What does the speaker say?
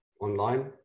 online